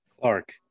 Clark